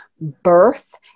birth